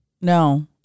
No